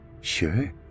Sure